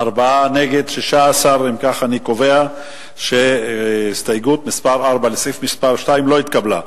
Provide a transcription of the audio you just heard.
אם כך אני קובע שהסתייגות מס' 4 לסעיף מס' 2 לא התקבלה.